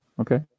Okay